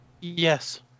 Yes